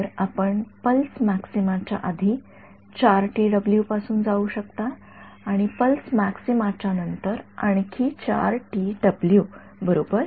तर आपण pulse maxima च्या आधी पासून जाऊ शकता आणि पल्स मॅक्सिमा च्या नंतर आणखी बरोबर